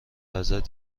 ازت